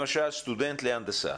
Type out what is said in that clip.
למשל סטודנט להנדסה